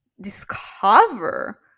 discover